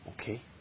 okay